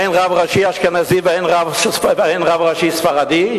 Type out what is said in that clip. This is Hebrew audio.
אין רב ראשי אשכנזי ואין רב ראשי ספרדי?